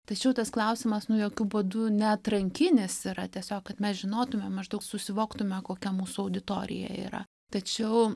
tačiau tas klausimas nu jokiu būdu ne atrankinis yra tiesiog kad mes žinotume maždaug susivoktume kokia mūsų auditorija yra tačiau